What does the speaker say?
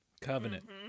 Covenant